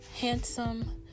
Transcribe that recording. handsome